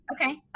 Okay